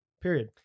Period